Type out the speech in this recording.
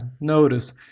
notice